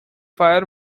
fire